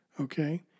Okay